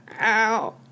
Ow